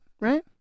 right